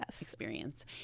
experience